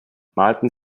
malten